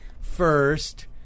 first